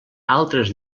altres